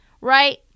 right